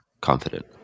confident